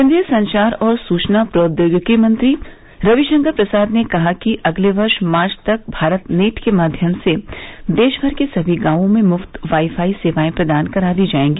केन्द्रीय संचार और सूचना प्रौद्योगिकी मंत्री रविशंकर प्रसाद ने कहा है कि अगले वर्ष मार्च तक भारतनेट के माध्यम से देशभर के सभी गांवों में मुफ्त वाईफाई सेवाएं प्रदान करा दी जाएगी